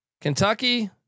Kentucky